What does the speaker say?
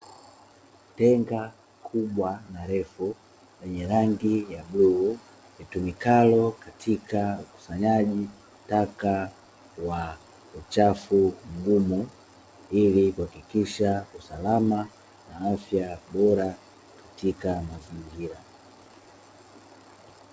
Tenga kubwa na refu lenye rangi ya bluu litumikalo katika ukusanyaji taka wa uchafu mgumu, ili kuhakikisha usalama na afya bora katika mazingira.